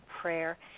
prayer